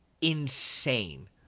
Insane